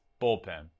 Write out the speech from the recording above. bullpen